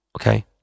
okay